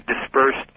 dispersed